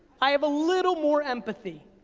i have a little more empathy,